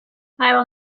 will